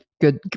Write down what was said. good